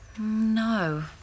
No